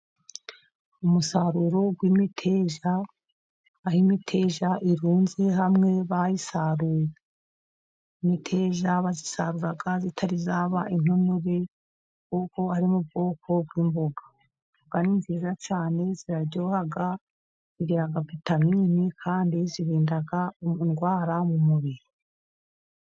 Umusaruro w'imiteja, aho imiteja irunze hamwe bayisaruye, imiteja bayisarura itari yaba intonore ubwo ari mu bwoko bw'imboga kandi ni nziza cyane, ziraryoha zigira vitamini kandi zirinda indwara mu mubiri.